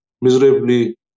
miserably